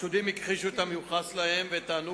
החשודים הכחישו את המיוחס להם וטענו